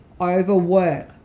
overwork